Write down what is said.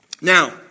Now